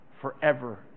forever